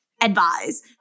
advise